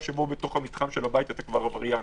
שבו בתוך המתחם של הבית אתה כבר עבריין,